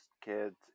kids